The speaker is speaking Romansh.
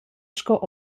sco